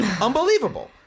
Unbelievable